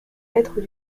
maîtres